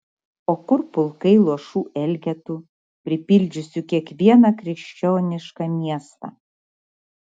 o kur pulkai luošų elgetų pripildžiusių kiekvieną krikščionišką miestą